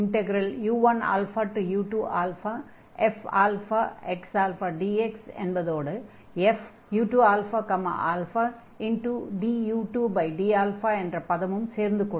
u1u2fxαdx என்பதோடு fu2ααdu2d என்ற பதமும் சேர்ந்து கொள்ளும்